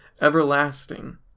everlasting